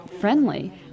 friendly